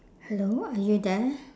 hello are you there